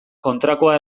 kontrakoa